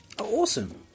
Awesome